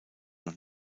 noch